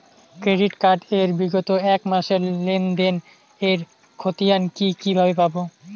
Credit card এর বিগত এক মাসের লেনদেন এর ক্ষতিয়ান কি কিভাবে পাব?